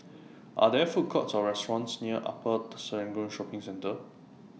Are There Food Courts Or restaurants near Upper Serangoon Shopping Centre